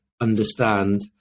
understand